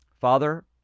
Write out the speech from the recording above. Father